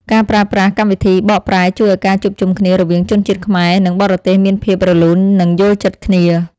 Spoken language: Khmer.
ការប្រើប្រាស់កម្មវិធីបកប្រែជួយឱ្យការជួបជុំគ្នារវាងជនជាតិខ្មែរ និងបរទេសមានភាពរលូននិងយល់ចិត្តគ្នា។